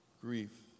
grief